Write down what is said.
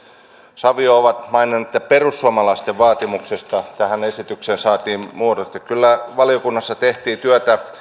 savio ovat maininneet että perussuomalaisten vaatimuksesta tähän esitykseen saatiin muodot kyllä valiokunnassa tehtiin työtä